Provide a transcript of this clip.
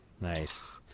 nice